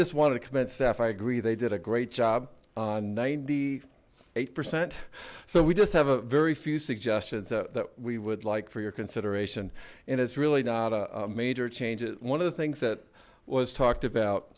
just want to commend staff i agree they did a great job ninety eight percent so we just have a very few suggestions that we would like for your consideration and it's really not a major changes one of the things that was talked about